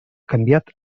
canviat